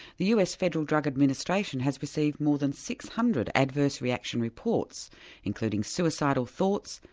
the us federal drug administration has received more than six hundred adverse reaction reports including suicidal thoughts,